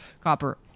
Copper